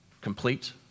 complete